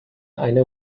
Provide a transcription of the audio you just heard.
eine